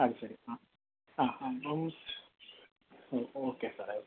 അത് ശരി ആ ആ ആ അവൂ അതിപ്പോൾ ഓക്കെയാണ് സാറെ ഓക്കേ